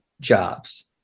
jobs